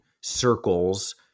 circles